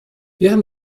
während